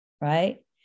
right